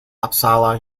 uppsala